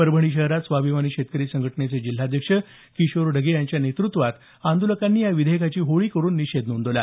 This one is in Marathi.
परभणी शहरात स्वाभिमानी शेतकरी संघटनेचे जिल्हाध्यक्ष किशोर ढगे यांच्या नेतृत्वात आंदोलकांनी या विधेयकांची होळी करुन निषेध नोंदवला